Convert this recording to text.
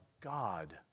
God